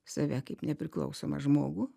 save kaip nepriklausomą žmogų